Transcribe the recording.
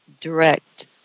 direct